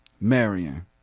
Marion